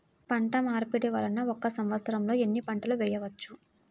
పంటమార్పిడి వలన ఒక్క సంవత్సరంలో ఎన్ని పంటలు వేయవచ్చు?